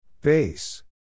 Base